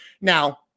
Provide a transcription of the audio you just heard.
Now